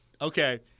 Okay